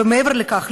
ומעבר לכך,